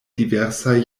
diversaj